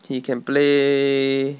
he can play